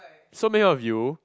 so many of you